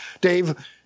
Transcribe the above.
Dave